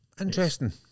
Interesting